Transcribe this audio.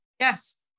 yes